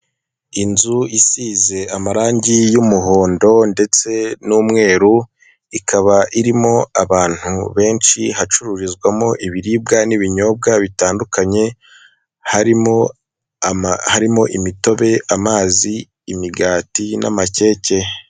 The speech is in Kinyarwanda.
Inzu isize amarangi y'umuhondo ndetse n'umweru ikaba irimo abantu benshi, hacururizwamo ibiribwa n'ibinyobwa bitandukanye harimo imitobe, amazi, imigati n'amakeke.